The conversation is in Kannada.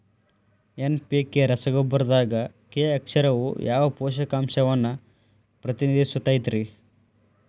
ಎನ್.ಪಿ.ಕೆ ರಸಗೊಬ್ಬರದಾಗ ಕೆ ಅಕ್ಷರವು ಯಾವ ಪೋಷಕಾಂಶವನ್ನ ಪ್ರತಿನಿಧಿಸುತೈತ್ರಿ?